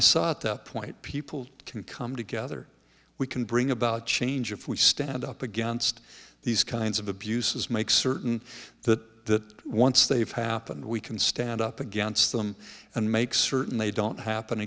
i saw at that point people can come together we can bring about change if we stand up against these kinds of abuses make certain that once they've happened we can stand up against them and make certain they don't happen